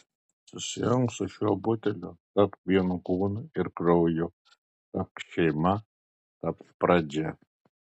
susijunk su šiuo buteliu tapk vienu kūnu ir krauju tapk šeima tapk pradžia